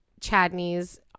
Chadney's